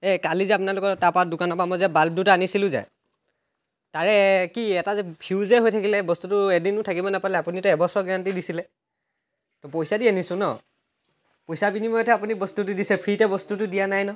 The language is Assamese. এ কালি যে আপোনালোকৰ তাৰপৰা দোকানৰ পৰা মই যে বাল্ব দুটা আনিছিলো যে তাৰে কি এটা যে ফিউজে হৈ থাকিলে বস্তুটো এদিনো থাকিবই নাপালে আপুনিতো এবছৰ গেৰাণ্টি দিছিলে পইচা দি আনিছো ন পইচা বিনিময়তহে আপুনি বস্তুটো দিছে ফ্ৰীতে বস্তুটো দিয়া নাই ন